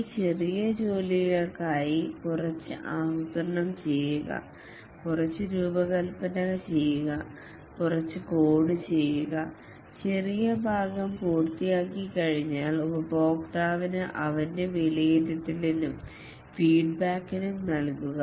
ഈ ചെറിയ ജോലിക്കായി കുറച്ച് ആസൂത്രണം ചെയ്യുക കുറച്ച് രൂപകൽപ്പന ചെയ്യുക കുറച്ച് കോഡ് ചെയ്യുക ചെറിയ ഭാഗം പൂർത്തിയായിക്കഴിഞ്ഞാൽ ഉപഭോക്താവിന് അവന്റെ വിലയിരുത്തലിനും ഫീഡ്ബാക്കിനും നൽകുക